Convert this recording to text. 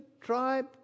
tribe